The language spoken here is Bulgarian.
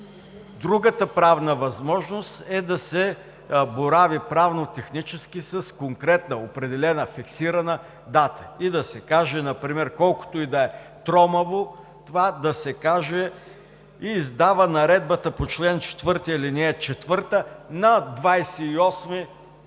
другата правна възможност е да се борави правно-технически с конкретна, определена, фиксирана дата и да се каже, например, колкото и да е тромаво това: „...издава наредбата по чл. 4, ал. 4 на